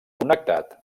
connectat